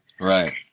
Right